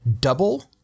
double